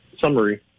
summary